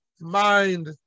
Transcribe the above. mind